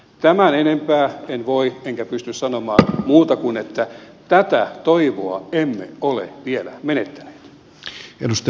tämän enempää en voi enkä pysty sanomaan muuta kuin että tätä toivoa emme ole vielä menettäneet